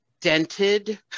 dented